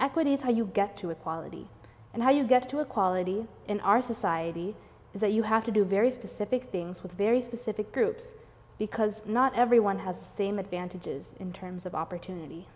equity is how you get to equality and how you get to equality in our society is that you have to do very specific things with very specific groups because not everyone has same advantages in terms of opportunity